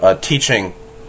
teaching